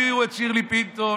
ויביאו את שירלי פינטו,